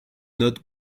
not